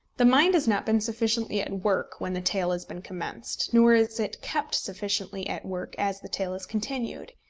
the mind has not been sufficiently at work when the tale has been commenced, nor is it kept sufficiently at work as the tale is continued.